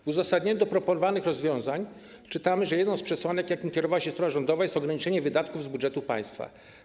W uzasadnieniu proponowanych rozwiązań czytamy, że jedną z przesłanek, jakimi kierowała się strona rządowa, jest ograniczenie wydatków z budżetu państwa.